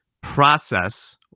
process